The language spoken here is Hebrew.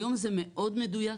היום זה מאוד מדויק,